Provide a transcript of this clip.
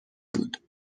بود